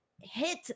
hit